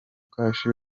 cash